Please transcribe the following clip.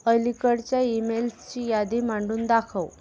अलीकडच्या ईमेल्सची यादी मांडून दाखव